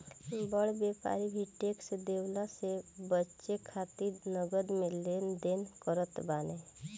बड़ व्यापारी भी टेक्स देवला से बचे खातिर नगद में लेन देन करत बाने